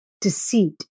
deceit